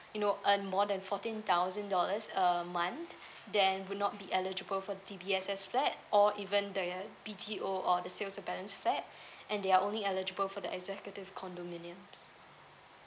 you know earn more than fourteen thousand dollars a month then would not be eligible for D_B_S_S flat or even the B_T_O or the sales of balance flat and they are only eligible for the executive condominiums